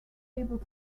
able